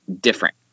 different